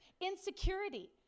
insecurity